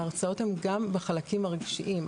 ההרצאות הן גם בחלקים הרגשיים,